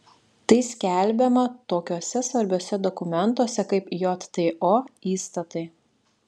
tai skelbiama tokiuose svarbiuose dokumentuose kaip jto įstatai